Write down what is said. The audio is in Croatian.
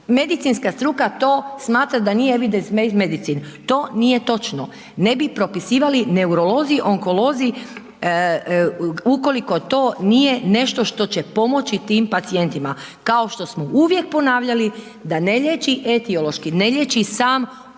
medicinska struka to smatra da nije…/Govornik se ne razumije/…to nije točno, ne bi propisivali neurolozi, onkolozi, ukoliko to nije nešto što će pomoći tim pacijentima, kao što smo uvijek ponavljali da ne liječi etiološki, ne liječi sam uzrok